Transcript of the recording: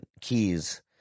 keys